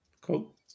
Cool